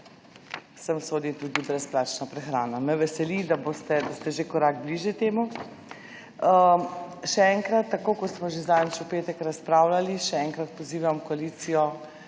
sem sodi tudi brezplačna prehrana. Me veseli, da ste že korak bližje temu. Še enkrat, tako kot smo že zadnjič v petek razpravljali, še enkrat pozivam koalicijo